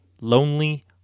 lonely